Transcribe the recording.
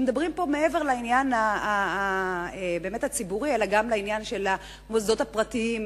שמדברים פה מעבר לעניין הציבורי גם בעניין המוסדות הפרטיים,